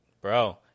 bro